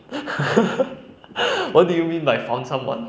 what do you mean by found someone